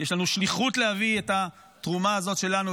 יש לנו שליחות להביא את התרומה הזאת שלנו,